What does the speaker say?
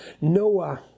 Noah